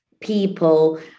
people